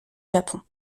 japon